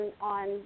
on